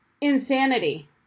insanity